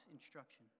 instruction